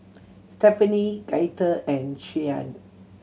Stephani Gaither and Shianne